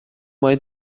mai